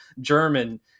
german